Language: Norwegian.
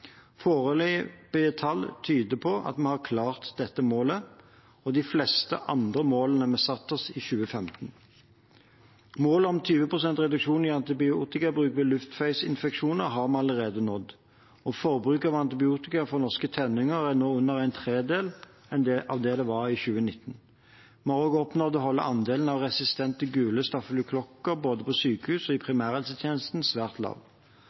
tall tyder på at vi har klart dette målet og de fleste andre målene vi satte oss i 2015. Målet om 20 pst. reduksjon i antibiotikabruk ved luftveisinfeksjoner har vi allerede nådd, og forbruket av antibiotika for norske tenåringer er nå under en tredel av det det var i 2019. Vi har også oppnådd å holde andelen av resistente gule stafylokokker både på sykehus og i primærhelsetjenesten svært lav.